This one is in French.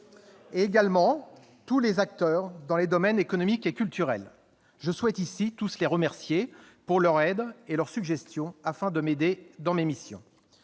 honoraires et tous les acteurs des domaines économique et culturel. Je souhaite ici tous les remercier pour leur aide et leurs suggestions afin de m'aider dans mes missions.